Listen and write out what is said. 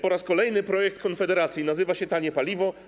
Po raz kolejny projekt Konfederacji - nazywa się ˝Tanie paliwo˝